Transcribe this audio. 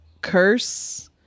curse